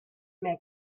mehr